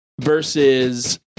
Versus